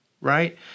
right